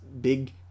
big